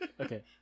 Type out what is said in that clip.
Okay